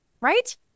right